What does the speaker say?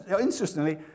interestingly